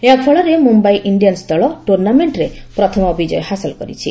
ଏହା ଫଳରେ ମୁମ୍ୟାଇ ଇଞ୍ଜିଆନ୍ନ ଦଳ ଟୁର୍ଣ୍ଣାମେଣ୍ଟରେ ପ୍ରଥମ ବିଜୟ ହାସଲ କରିଛି